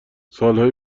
سالهای